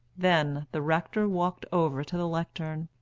then the rector walked over to the lectern,